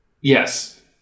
yes